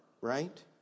right